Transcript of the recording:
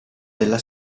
della